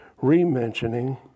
re-mentioning